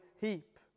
heap